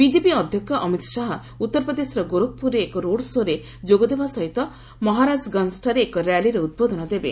BJP ଅଧ୍ୟକ୍ଷ ଅମିତ ଶାହା ଉତ୍ତରପ୍ରଦେଶର ଗୋରଖପୁରରେ ଏକ ରୋଡ୍ଶୋ'ରେ ଯୋଗଦେବା ସହିତ ମହାରାଜଗଞ୍ଜଠାରେ ଏକ ର୍ୟାଲିରେ ଉଦ୍ବୋଧନ ଦେବେ